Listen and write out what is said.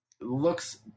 looks